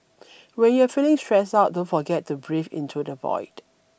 when you are feeling stressed out don't forget to breathe into the void